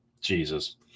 Jesus